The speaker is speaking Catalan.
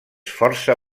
força